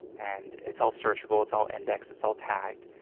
and it's all searchable, it's all indexed, it's all tagged.